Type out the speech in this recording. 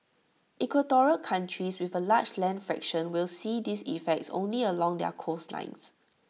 equatorial countries with A large land fraction will see these effects only along their coastlines